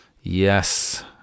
Yes